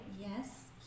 yes